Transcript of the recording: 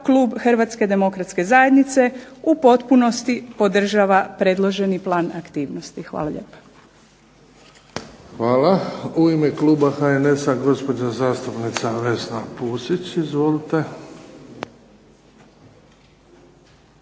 klub Hrvatske demokratske zajednice u potpunosti podržava predloženi plan aktivnosti. Hvala lijepa. **Bebić, Luka (HDZ)** Hvala. U ime kluba HNS-a gospođa zastupnica Vesna Pusić. **Pusić,